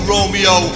Romeo